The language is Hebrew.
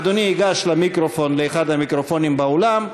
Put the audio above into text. אדוני ייגש לאחד המיקרופונים באולם,